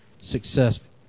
successful